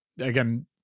again